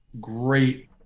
great